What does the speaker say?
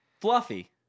Fluffy